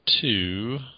two